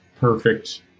perfect